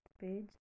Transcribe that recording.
page